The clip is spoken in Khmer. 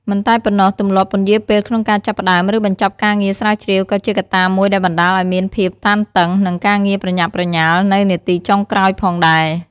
មិនតែប៉ុណ្ណោះ ទម្លាប់ពន្យារពេលក្នុងការចាប់ផ្តើម ឬបញ្ចប់កិច្ចការស្រាវជ្រាវក៏ជាកត្តាមួយដែលបណ្តាលឱ្យមានភាពតានតឹង និងការងារប្រញាប់ប្រញាល់នៅនាទីចុងក្រោយផងដែរ។